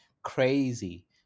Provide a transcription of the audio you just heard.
crazy